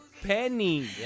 Penny